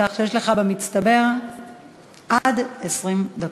כך שיש לך במצטבר עד 20 דקות.